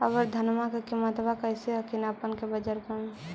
अबर धानमा के किमत्बा कैसन हखिन अपने के बजरबा में?